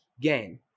gain